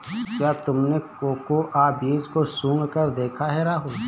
क्या तुमने कोकोआ बीज को सुंघकर देखा है राहुल?